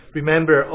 Remember